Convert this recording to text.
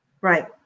Right